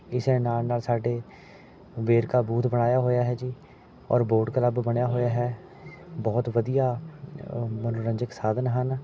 ਇਸੇ ਨਾਲ ਨਾਲ ਸਾਡੇ ਵੇਰਕਾ ਬੂਥ ਬਣਾਇਆ ਹੋਇਆ ਹੈ ਜੀ ਔਰ ਵੌਟ ਕਲੱਬ ਬਣਿਆ ਹੋਇਆ ਹੈ ਬਹੁਤ ਵਧੀਆ ਮਨੋਰੰਜਕ ਸਾਧਨ ਹਨ